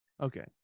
okay